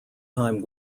time